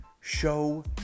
show